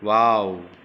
wow